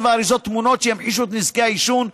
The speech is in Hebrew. והאריזות תמונות שימחישו את נזקי העישון,